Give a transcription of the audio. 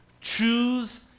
Choose